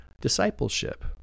discipleship